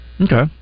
Okay